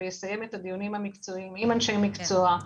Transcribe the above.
ויסיים את הדיונים המקצועיים עם אנשי המקצוע,